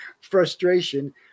frustration